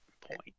point